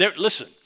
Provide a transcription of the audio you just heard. listen